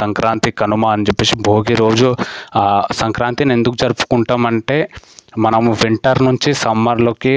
సంక్రాంతి కనుమ అని చెప్పేసి భోగి రోజు సంక్రాంతిని ఎందుకు జరుపుకుంటాము అంటే మనము వింటర్ నుంచి సమ్మర్లోకి